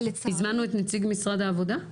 הזמנו את נציג משרד העבודה?